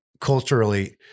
culturally